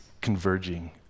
converging